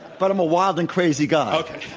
but i'm a wild and crazy guy. okay.